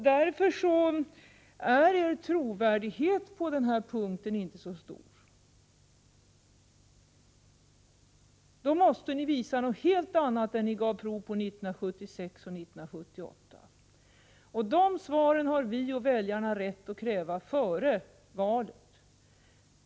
Därför är er trovärdighet på denna punkt inte stor. Ni måste visa upp ett helt annat handlande än det ni gav prov på 1976 och 1978. Svaren härvidlag har vi och väljarna rätt att kräva före valet.